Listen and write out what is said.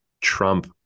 Trump